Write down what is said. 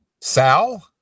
Sal